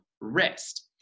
rest